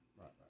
Right